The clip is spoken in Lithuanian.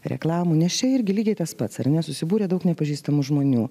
reklamų nes čia irgi lygiai tas pats ar ne susibūrė daug nepažįstamų žmonių